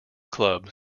club